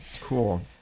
Cool